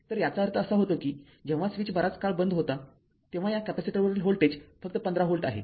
तर याचा अर्थ असा होतो की जेव्हा स्विच बराच काळ बंद होता तेव्हा या कॅपेसिटरवरील व्होल्टेज फक्त १५ व्होल्ट आहे